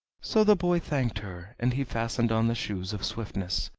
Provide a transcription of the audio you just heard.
so the boy thanked her, and he fastened on the shoes of swiftness,